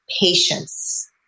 patience